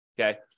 okay